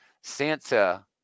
Santa